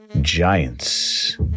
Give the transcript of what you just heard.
Giants